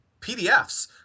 PDFs